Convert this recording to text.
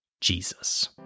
Jesus